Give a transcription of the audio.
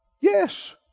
Yes